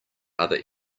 other